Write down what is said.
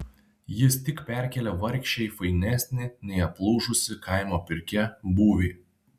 jis tik perkėlė vargšę į fainesnį nei aplūžusi kaimo pirkia būvį